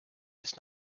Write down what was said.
bis